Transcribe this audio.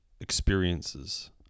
experiences